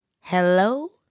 Hello